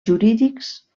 jurídics